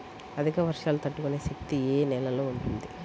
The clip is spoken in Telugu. అధిక వర్షాలు తట్టుకునే శక్తి ఏ నేలలో ఉంటుంది?